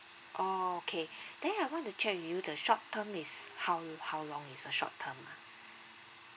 okay then I want to check with you the short term is how how long is a short term ah